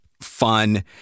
fun